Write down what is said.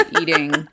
eating